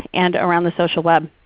and around the social web.